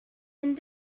and